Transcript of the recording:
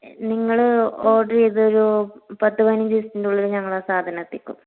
നിങ്ങൾ ഓർഡറ് ചെയ്തൊരു പത്ത് പതിനഞ്ച് ദിവസത്തിൻ്റെ ഉള്ളിൽ ഞങ്ങളാണ് സാധനം എത്തിക്കും